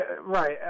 right